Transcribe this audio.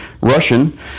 Russian